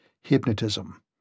Hypnotism